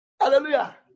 Hallelujah